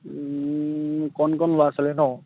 কণ কণ ল'ৰা ছোৱালীয়ে ন